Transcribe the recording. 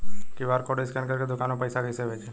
QR code scan करके दुकान में पैसा कइसे भेजी?